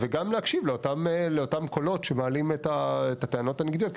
וגם להקשיב לאותם קולות שמעלים את הטענות הנגדיות,